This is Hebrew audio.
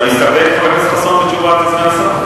אתה מסתפק, חבר הכנסת חסון, בתשובת סגן השר?